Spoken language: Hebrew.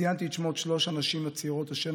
ציינתי את שמות שלוש הנשים הצעירות אשר